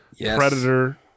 Predator